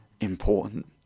important